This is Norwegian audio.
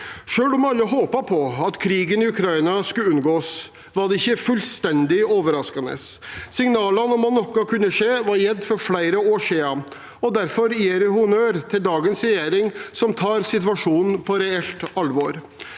Selv om alle håpet på at krigen i Ukraina skulle unngås, var det ikke fullstendig overraskende. Signaler om at noe kunne skje, var gitt for flere år siden. Derfor gir jeg honnør til dagens regjering, som tar situasjonen på reelt alvor.